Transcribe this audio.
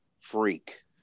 freak